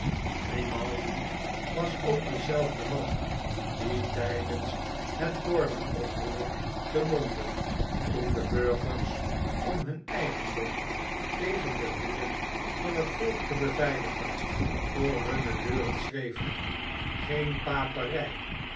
grimaldi was ook dezelfde man die tijdens het gordon oproer te londen toen de burgers om hun eigendom tegen de woede van het volk te beveiligen voor hunne deuren schreven green papery